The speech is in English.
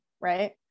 right